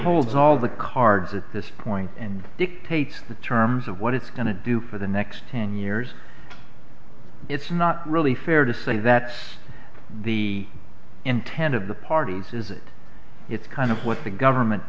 holds all the cards at this point and dictate the terms of what it's going to do for the next ten years it's not really fair to say that's the intent of the parties is it it's kind of what the government